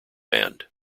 band